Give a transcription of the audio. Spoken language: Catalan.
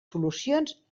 solucions